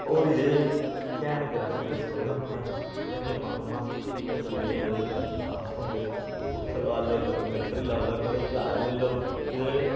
होर एह्दे च कैंट ग्राफिक दस्सी ओड़े थुहानूं में इ'यां गेमां गूमां दस्सी ओड़ियां एह्दे च टास्क होंदे पुलस लाई लैओ कदें मिलटरी लाई लै कदें ज्हाज लेई लैओ एह्दे च